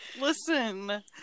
Listen